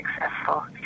successful